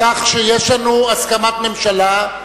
יש לנו הסכמת ממשלה,